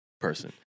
person